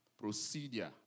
procedure